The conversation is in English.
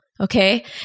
Okay